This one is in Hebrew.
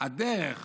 הדרך